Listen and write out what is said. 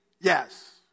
yes